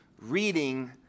reading